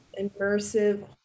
immersive